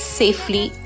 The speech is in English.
safely